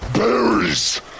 Berries